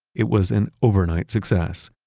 it was an overnight success.